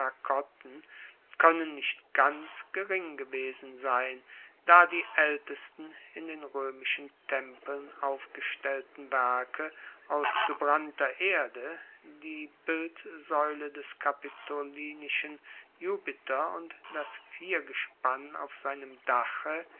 koennen nicht ganz gering gewesen sein da die aeltesten in den roemischen tempeln aufgestellten werke aus gebrannter erde die bildsaeule des kapitolinischen jupiter und das viergespann auf seinem dache